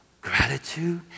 gratitude